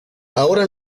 ahora